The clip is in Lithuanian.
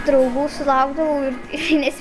draugų sulaukdavau ir nes